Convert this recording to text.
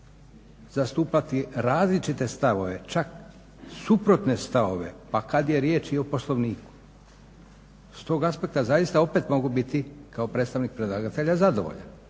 zastupati različite stavove, čak suprotne stavove, pa kad je riječ i o Poslovniku. S tog aspekta zaista opet mogu biti kao predstavnik predlagatelja zadovoljan.